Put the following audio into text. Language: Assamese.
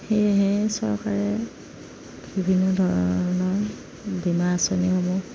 সেয়েহে চৰকাৰে বিভিন্ন ধৰণৰ বীমা আঁচনিসমূহ